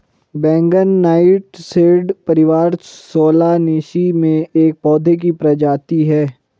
बैंगन नाइटशेड परिवार सोलानेसी में एक पौधे की प्रजाति है